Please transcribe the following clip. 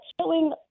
showing